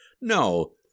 no